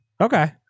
Okay